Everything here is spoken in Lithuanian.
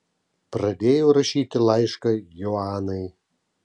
pradėjau rašyti laišką joanai